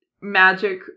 magic